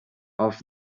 off